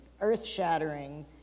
earth-shattering